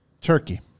Turkey